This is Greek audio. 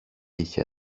είχε